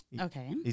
Okay